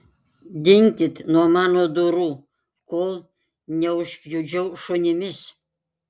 dinkit nuo mano durų kol neužpjudžiau šunimis